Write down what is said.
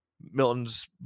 Milton's